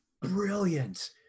Brilliant